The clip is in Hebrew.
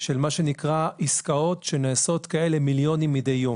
של מה שנקרא עסקאות שנעשות כאלה מיליונים מדי יום.